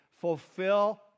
fulfill